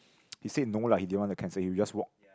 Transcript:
he said no lah if you want to cancel you just walk